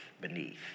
beneath